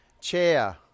Chair